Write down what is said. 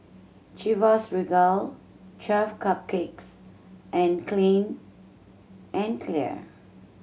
Chivas Regal Twelve Cupcakes and Clean and Clear